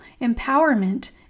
empowerment